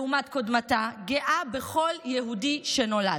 לעומת קודמתה, גאה בכל יהודי שנולד.